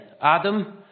Adam